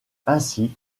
ainsi